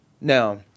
Now